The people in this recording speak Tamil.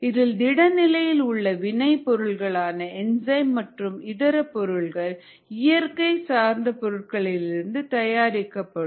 இதில் திட நிலையில் உள்ள வினைப் பொருட்களான என்சைம் மற்றும் இதர பொருட்கள் இயற்கை சார்ந்த பொருட்களிலிருந்து தயாரிக்கப்படும்